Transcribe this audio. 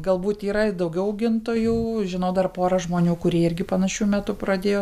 galbūt yra i daugiau augintojų žinau dar porą žmonių kurie irgi panašiu metu pradėjo